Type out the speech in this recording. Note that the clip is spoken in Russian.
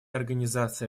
организации